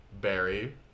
Barry